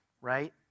right